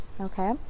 Okay